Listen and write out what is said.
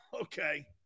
Okay